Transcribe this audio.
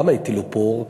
למה הטילו פור?